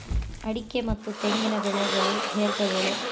ಅಡಿಕೆ ಮತ್ತ ತೆಂಗಿನ ಬೆಳೆಗಳು ದೇರ್ಘ ಬೆಳೆ